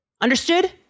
Understood